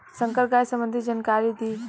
संकर गाय संबंधी जानकारी दी?